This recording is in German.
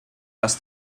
das